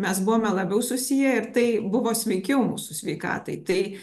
mes buvome labiau susiję ir tai buvo sveikiau mūsų sveikatai tai